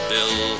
Bill